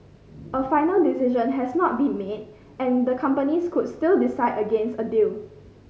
a final decision has not been made and the companies could still decide against a deal